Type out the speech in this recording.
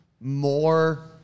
more